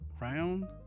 round